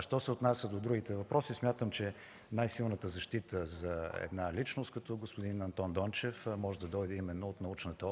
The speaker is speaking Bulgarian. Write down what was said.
Що се отнася до другите въпроси, смятам, че най-силната защита за една личност като господин Антон Дончев може да дойде именно от научната